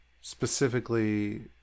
Specifically